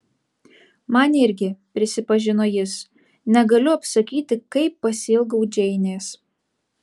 man irgi prisipažino jis negaliu apsakyti kaip pasiilgau džeinės